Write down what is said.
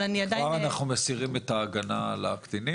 אבל אני עדיין --- אז כבר אנחנו מסירים את ההגנה על הקטינים,